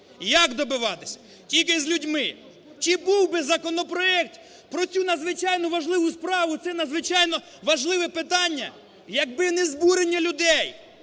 Як добиватися? Тільки з людьми. Чи був би законопроект про цю надзвичайно важливу справу, це надзвичайно важливе питання, якби не збурення людей,